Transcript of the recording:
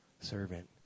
Servant